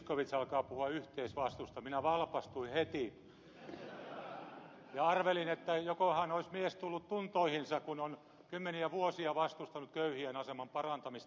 zyskowicz alkoi puhua yhteisvastuusta minä valpastuin heti ja arvelin että jokohan olisi mies tullut tuntoihinsa kun on kymmeniä vuosia vastustanut köyhien aseman parantamista